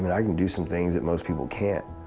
and i can do some things that most people can't.